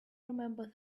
remember